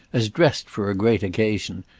as dressed for a great occasion,